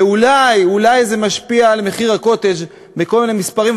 ואולי אולי זה משפיע על מחיר הקוטג' בכל מיני מספרים,